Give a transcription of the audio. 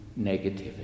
negativity